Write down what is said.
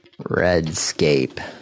Redscape